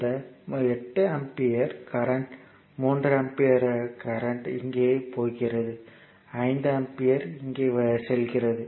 இந்த 8 ampere current 3 ampere இங்கே போகிறது 5 ஆம்பியர் இங்கே செல்கிறது